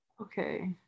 Okay